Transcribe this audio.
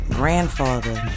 grandfather